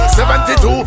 72